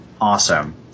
awesome